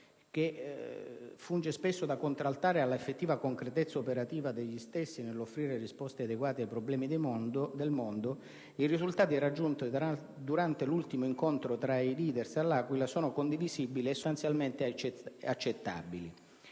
che funge spesso da contraltare alla effettiva concretezza operativa degli stessi nell'offrire risposte adeguate ai problemi del mondo, i risultati raggiunti durante l'ultimo incontro tra i *leader* a L'Aquila sono condivisibili e sostanzialmente accettabili,